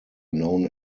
known